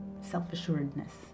self-assuredness